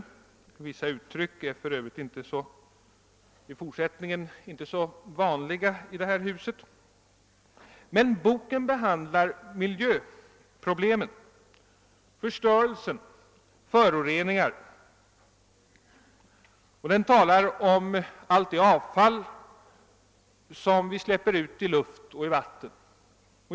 Vissa uttryck i fortsättningen är för övrigt inte så vanliga i detta hus. Men boken behandlar miljöproblemen, förstörelsen, föroreningar. Den talar om allt det avfall som vi släpper ut i luft och i vatten.